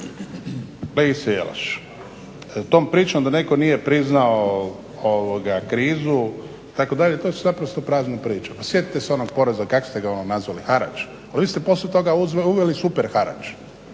Kolegice Jelaš, tom pričom da netko nije priznao ovoga krizu itd., to su naprosto prazne priče. Pa sjetite se onog poreza, kako ste ga ono nazvali. Pa vi ste poslije toga uveli super harač.